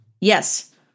Yes